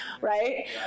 right